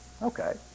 Okay